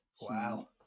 wow